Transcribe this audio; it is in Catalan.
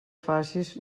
facis